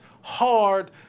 hard